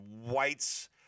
whites